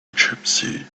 gypsy